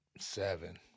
seven